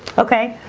okay,